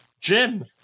Jim